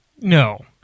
No